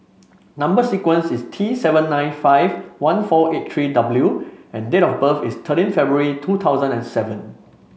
number sequence is T seven nine five one four eight three W and date of birth is thirteen February two thousand and seven